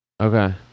Okay